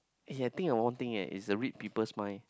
eh I think of one thing eh it's the read people's mind